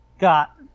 got